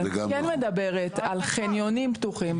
אבל אני מדברת על חניונים פתוחים,